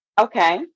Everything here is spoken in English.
Okay